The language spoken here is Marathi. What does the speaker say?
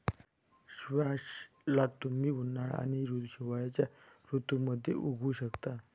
स्क्वॅश ला तुम्ही उन्हाळा आणि हिवाळ्याच्या ऋतूमध्ये उगवु शकता